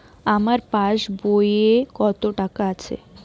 আমার পাস বইয়ে কত টাকা আছে?